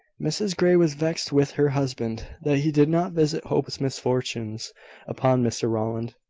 mrs grey was vexed with her husband that he did not visit hope's misfortunes upon mr rowland,